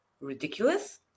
ridiculous